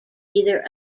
either